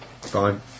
Fine